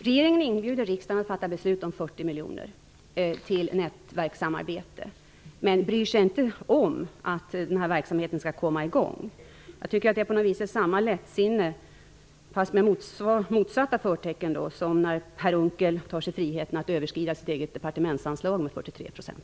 Regeringen inbjuder riksdagen att fatta beslut om 40 miljoner till nätverkssamarbete men bryr sig inte om att verksamheten skall komma igång. Det är samma lättsinne -- fast med motsatta förtecken -- som när Per Unckel tar sig friheten att överskrida sitt eget departementsanslag med 43 %.